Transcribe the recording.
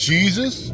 Jesus